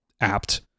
apt